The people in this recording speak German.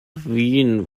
wien